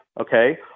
okay